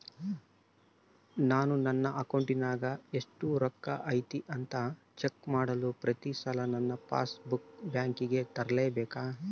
ನಾನು ನನ್ನ ಅಕೌಂಟಿನಾಗ ಎಷ್ಟು ರೊಕ್ಕ ಐತಿ ಅಂತಾ ಚೆಕ್ ಮಾಡಲು ಪ್ರತಿ ಸಲ ನನ್ನ ಪಾಸ್ ಬುಕ್ ಬ್ಯಾಂಕಿಗೆ ತರಲೆಬೇಕಾ?